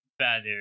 better